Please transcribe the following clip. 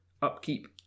upkeep